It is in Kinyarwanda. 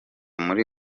muri